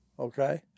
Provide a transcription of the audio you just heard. Okay